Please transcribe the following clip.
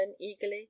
eagerly